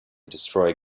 destroy